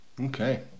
Okay